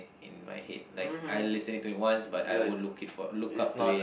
in my head like I listen to it once but I won't look it for look up to it